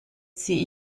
ziehe